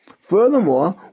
Furthermore